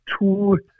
two